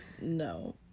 No